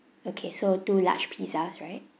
okay so two large pizzas right